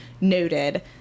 noted